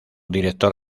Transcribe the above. director